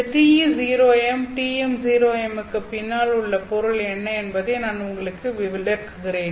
இந்த TE0M TM0Mக்கு பின்னால் உள்ள பொருள் என்ன என்பதை நான் உங்களுக்கு விளக்குகிறேன்